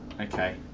Okay